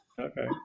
Okay